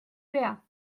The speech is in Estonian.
pea